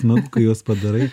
nu kai juos padarai